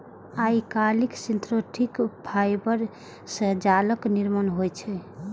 आइकाल्हि synthetic fibre सं जालक निर्माण होइ छै